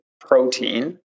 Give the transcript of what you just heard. protein